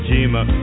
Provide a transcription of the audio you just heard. Jima